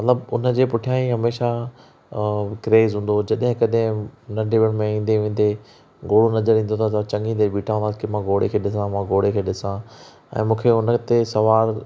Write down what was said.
मतिलब उन जे पुठियां ई हमेशा क्रेज़ हूंदो हो जॾहिं कॾहिं नन्ढपिण में ईंदे वेंदे घोड़ो नज़रि ईन्दो हो त असां चङी देरु बीठा हूंदासीं त मां घोड़े खे ॾिसां मां घोड़े खे ॾिसां ऐं मूंखे हुन ते सवारु